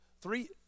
three